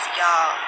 y'all